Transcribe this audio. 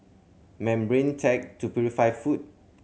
membrane tech to purify food